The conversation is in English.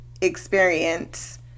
experience